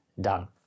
done